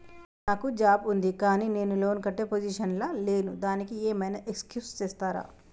నాకు జాబ్ ఉంది కానీ నేను లోన్ కట్టే పొజిషన్ లా లేను దానికి ఏం ఐనా ఎక్స్క్యూజ్ చేస్తరా?